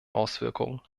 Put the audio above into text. auswirkungen